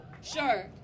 Sure